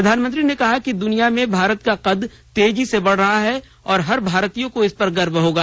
प्रधानमंत्री ने कहा कि दुनिया में भारत का कद तेजी से बढ़ रहा है और हर भारतीय को इस पर गर्व होगा